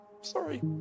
sorry